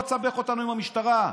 אל תסבך אותנו עם המשטרה.